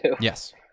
Yes